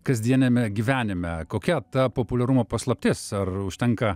kasdieniame gyvenime kokia ta populiarumo paslaptis ar užtenka